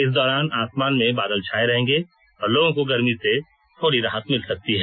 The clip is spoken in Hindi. इस दौरान आसमान में बादल छाये रहेंगे और लोगों को गर्मी से छोड़ी राहत मिल सकती है